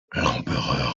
l’empereur